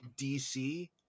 dc